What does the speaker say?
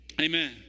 Amen